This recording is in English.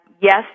yes